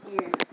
years